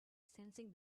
sensing